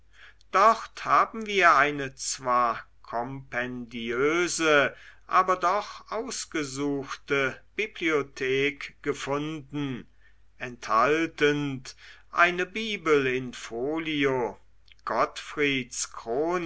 dort haben wir eine zwar kompendiöse aber doch ausgesuchte bibliothek gefunden enthaltend eine bibel in folio gottfrieds